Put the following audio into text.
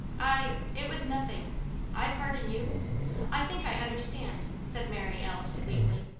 i it was nothing i pardon you i think i understand, said mary alice, weakly.